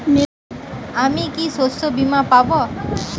আমি কি শষ্যবীমা পাব?